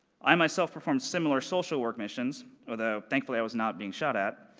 i myself performed similar social work missions, although thankfully i was not being shot at,